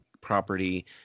property